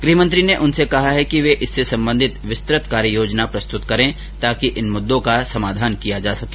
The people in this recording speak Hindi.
गृहमंत्री ने उनसे कहा कि वे इससे संबंधित विस्तृत कार्य योजना प्रस्तुत करे ताकि इन मुद्दों का समाधान किया जा सके